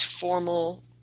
formal